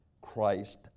Christ